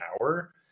hour